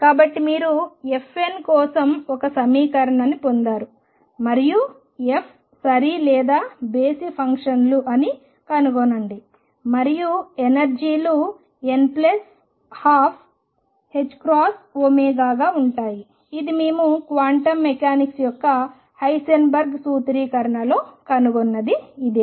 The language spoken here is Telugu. కాబట్టి మీరు fn కోసం ఒక సమీకరణాన్ని పొందారు మరియు f సరి లేదా బేసి ఫంక్షన్లు అని కనుగొనండి మరియు ఎనర్జీలు n12ℏω గా ఉంటాయి ఇది మేము క్వాంటం మెకానిక్స్ యొక్క హైసెన్బర్గ్ సూత్రీకరణలో కనుగొన్నది ఇదే